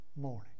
morning